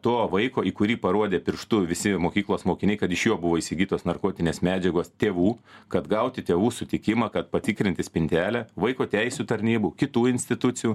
to vaiko į kurį parodė pirštu visi mokyklos mokiniai kad iš jo buvo įsigytos narkotinės medžiagos tėvų kad gauti tėvų sutikimą kad patikrinti spintelę vaiko teisių tarnybų kitų institucijų